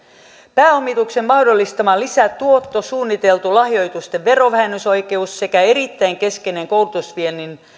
pääomituksen mahdollistama lisätuotto suunniteltu lahjoitusten verovähennysoikeus sekä erittäin keskeinen koulutusviennin